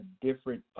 different